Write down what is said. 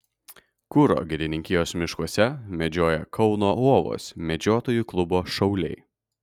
kuro girininkijos miškuose medžioja kauno ovos medžiotojų klubo šauliai